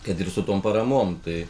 kad ir su tom paramom tai